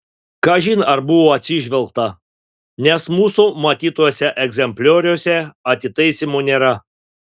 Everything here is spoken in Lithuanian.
kažin ar buvo atsižvelgta nes mūsų matytuose egzemplioriuose atitaisymų nėra